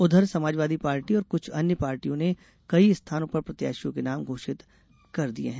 उधर समाजवादी पार्टी और कुछ अन्य पार्टियों ने कई स्थानों पर प्रत्याशियों के नाम घोषित कर दिये हैं